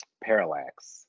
Parallax